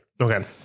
Okay